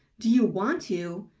do you want to,